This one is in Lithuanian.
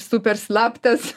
super slaptas